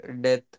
death